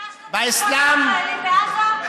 ביקשת את הגופות של החיילים בעזה?